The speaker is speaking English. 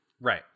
Right